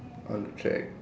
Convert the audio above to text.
on the track